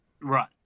Right